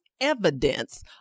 evidence